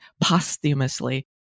posthumously